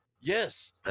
yes